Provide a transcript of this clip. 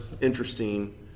interesting